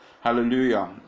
Hallelujah